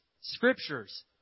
scriptures